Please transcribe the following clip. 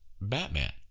Batman